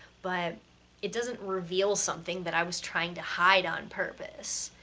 but it doesn't reveal something that i was trying to hide on purpose.